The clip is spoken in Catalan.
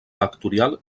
vectorial